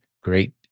great